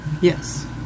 yes